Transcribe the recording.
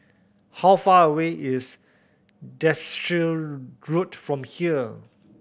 how far away is Derbyshire Road from here